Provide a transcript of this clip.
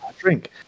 drink